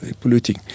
polluting